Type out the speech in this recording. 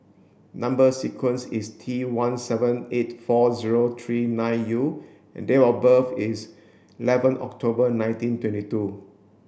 number sequence is T one seven eight four zero three nine U and date of birth is eleven October nineteen twenty two